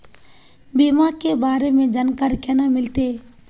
बीमा के बारे में जानकारी केना मिलते?